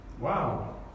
Wow